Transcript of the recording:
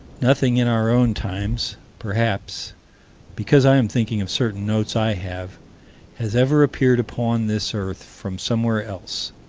nothing in our own times perhaps because i am thinking of certain notes i have has ever appeared upon this earth, from somewhere else,